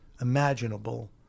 imaginable